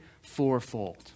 fourfold